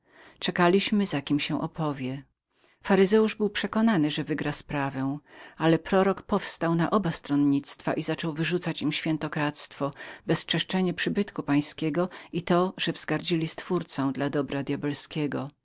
czekaliśmy za kim się odezwie faryzeusz był przekonanym że wygra sprawę ale prorok powstał na oba stronnictwa i zaczął wyrzucać świętokradztwo bezczeszczenie przybytku pańskiego i pogardę stwórcy dla dobra